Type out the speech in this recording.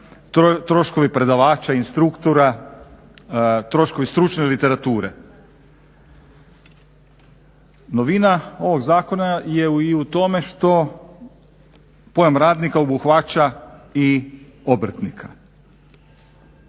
troškovi predavača, instruktora, troškovi stručne literature. Novina ovog zakona je i u tome što pojam radnika obuhvaća i obrtnika.